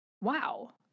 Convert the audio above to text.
wow